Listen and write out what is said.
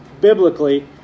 biblically